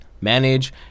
manage